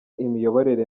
imiyoborere